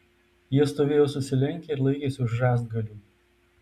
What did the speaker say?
jie stovėjo susilenkę ir laikėsi už rąstgalių